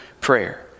prayer